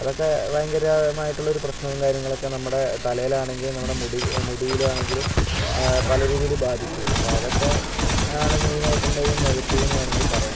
അതൊക്കെ ഭയങ്കരമായിട്ടുള്ള പ്രശ്നവും കാര്യങ്ങളുമൊക്കെ നമ്മുടെ തലയിലാണെങ്കിലും നമ്മുടെ മുടി മുടിയിലാണെങ്കിലും പല രീതിയില് ബാധിക്കും അപ്പം അതൊക്കെ ആണ് മെയിനായിട്ട് എന്തേലും നെഗറ്റീവെന്ന് വേണമെങ്കിൽ പറയാം